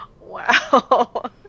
Wow